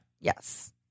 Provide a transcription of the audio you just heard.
Yes